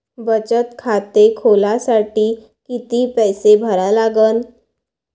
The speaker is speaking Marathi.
बचत खाते खोलासाठी किती पैसे भरा लागन?